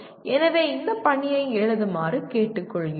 எனவே இந்த பணியை எழுதுமாறு கேட்டுக்கொள்கிறோம்